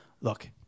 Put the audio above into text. Look